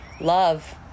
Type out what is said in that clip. Love